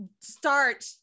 start